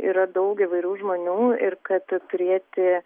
yra daug įvairių žmonių ir kad turėti